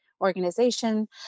organization